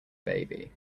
baby